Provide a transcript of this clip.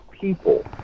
people